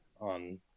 on